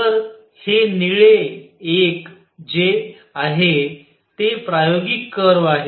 तर हे निळे एक जे आहे ते प्रायोगिक कर्व आहे